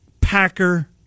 Packer